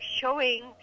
showing